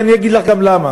ואני אגיד לך גם למה.